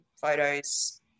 photos